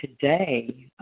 today